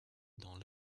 dans